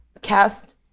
cast